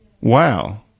Wow